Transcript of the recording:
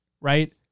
right